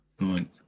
Right